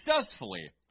successfully